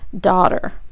daughter